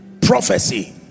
prophecy